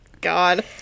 God